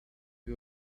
you